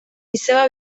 izeba